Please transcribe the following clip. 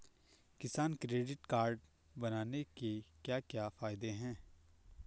किसान credit card बनाने के क्या क्या फायदे हैं?